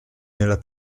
nella